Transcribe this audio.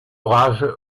rage